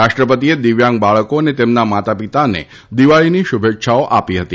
રાષ્ટ્રપતિએ દિવ્યાંગ બાળકો અને તેમના માતા પિતાને દિવાળીની શુભેચ્છાઓ આપી હતી